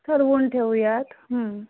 ठरवून ठेऊयात